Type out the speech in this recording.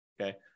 okay